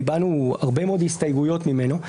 והבענו הרבה מאוד הסתייגויות ממנו,